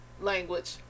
language